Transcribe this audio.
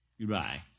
Goodbye